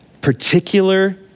particular